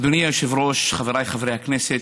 אדוני היושב-ראש, חבריי חברי הכנסת,